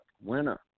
winner